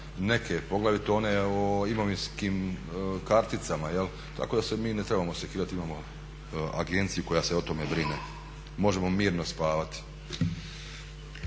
neke, poglavito one o imovinskim karticama jel'. Tako da se mi ne trebamo sekirati imamo agenciju koja se o tome brine, možemo mirno spavati.